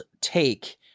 take